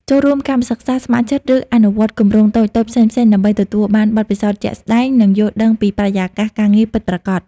ចូលរួម កម្មសិក្សា ស្ម័គ្រចិត្ត ឬអនុវត្តគម្រោងតូចៗ ផ្សេងៗ ដើម្បីទទួលបាន បទពិសោធន៍ជាក់ស្តែង និងយល់ដឹងពីបរិយាកាសការងារពិតប្រាកដ។